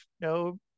No